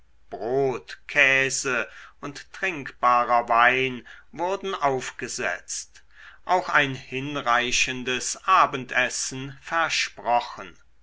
brot käse und trinkbarer wein wurden aufgesetzt auch ein hinreichendes abendessen versprochen